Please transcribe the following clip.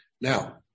Now